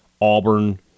Auburn